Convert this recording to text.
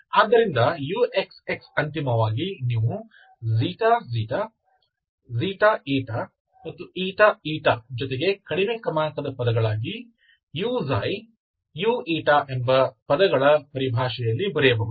ಆದ್ದರಿಂದ uxx ಅಂತಿಮವಾಗಿ ನೀವು ξξ ξη ಮತ್ತು ηη ಜೊತೆಗೆ ಕಡಿಮೆ ಕ್ರಮಾಂಕದ ಪದಗಳಾಗಿ u u ಎಂಬ ಪದಗಳ ಪರಿಭಾಷೆಯಲ್ಲಿ ಬರೆಯಬಹುದು